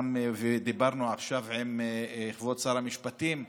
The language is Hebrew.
ודיברנו עכשיו עם כבוד שר המשפטים,